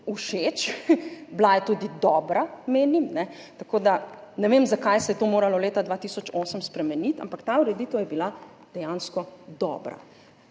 všeč, bila je tudi dobra, menim. Ne vem, zakaj se je to moralo leta 2008 spremeniti, ampak ta ureditev je bila dejansko dobra.